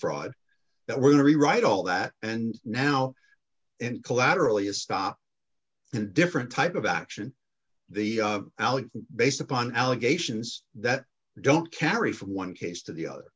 fraud that we're going to rewrite all that and now and collaterally a stop and different type of action based upon allegations that don't carry from one case to the other